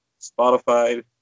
Spotify